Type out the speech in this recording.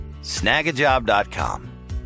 Snagajob.com